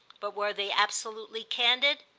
but were they absolutely candid?